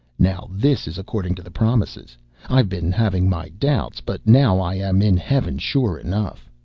now this is according to the promises i've been having my doubts, but now i am in heaven, sure enough.